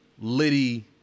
Liddy